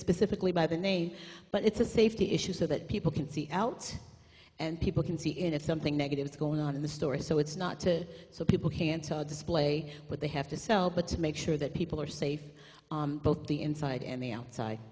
specifically by the name but it's a safety issue so that people can see out and people can see in it something negative is going on in the store so it's not to so people can't display what they have to sell but to make sure that people are safe both the inside and